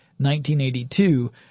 1982